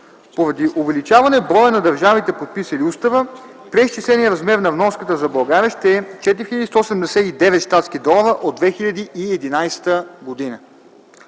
Поради увеличаване броя на държавите, подписали устава, преизчисленият размер на вноската за България ще е 4179 щатски долара от 2011 г.